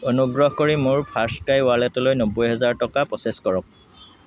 অনুগ্ৰহ কৰি মোৰ ফাৰ্ষ্ট ক্ৰাই ৱালেটলৈ নব্বৈ হাজাৰ টকা প্ৰ'চেছ কৰক